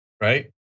Right